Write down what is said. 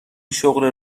شغل